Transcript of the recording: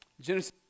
Genesis